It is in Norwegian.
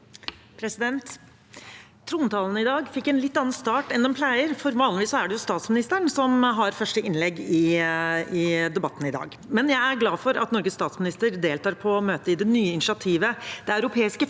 Trontaledebat- ten i dag fikk en litt annen start enn den pleier, for vanligvis er det jo statsministeren som har første innlegg i debatten. Men jeg er glad for at Norges statsminister deltar på møte i det nye initiativet Det europeiske